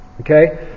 okay